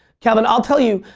calvin, i'll tell you